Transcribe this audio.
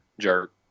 jerk